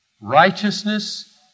Righteousness